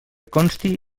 consti